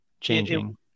changing